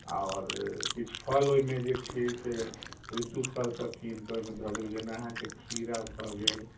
आओर किछु फल ओहिमे जे छै से ऋतुफलसब कीनिकऽ ओहिमे दऽ देबै जेना अहाँके खीरा भऽ गेल